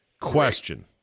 Question